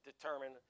determined